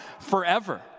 forever